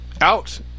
Out